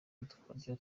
udukoryo